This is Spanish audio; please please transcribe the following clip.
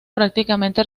prácticamente